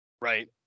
Right